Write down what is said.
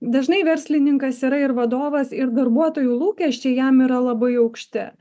dažnai verslininkas yra ir vadovas ir darbuotojų lūkesčiai jam yra labai aukšti